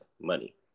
money